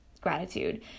gratitude